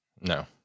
No